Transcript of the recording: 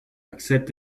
accept